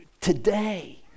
today